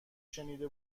شنیده